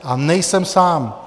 A nejsem sám.